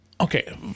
okay